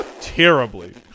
Terribly